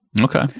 okay